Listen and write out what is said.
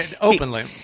openly